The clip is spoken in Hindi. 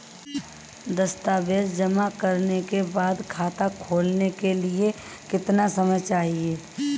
दस्तावेज़ जमा करने के बाद खाता खोलने के लिए कितना समय चाहिए?